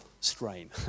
strain